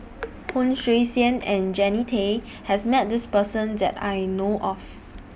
Hon Sui Sen and Jannie Tay has Met This Person that I know of